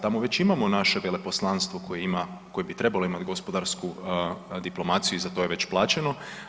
Tamo već imamo naše veleposlanstvo koje bi trebalo imati gospodarsku diplomaciju i za to je već plaćeno.